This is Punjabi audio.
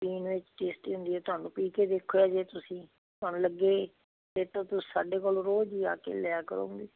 ਪੀਣ ਵਿੱਚ ਟੇਸਟੀ ਹੁੰਦੀ ਆ ਤੁਹਾਨੂੰ ਪੀ ਕੇ ਦੇਖੋ ਜੇ ਤੁਸੀਂ ਤੁਹਾਨੂੰ ਲੱਗੇ ਅਤੇ ਤੁਸੀਂ ਸਾਡੇ ਕੋਲੋਂ ਰੋਜ਼ ਹੀ ਆ ਕੇ ਲਿਆ ਕਰੋਗੇ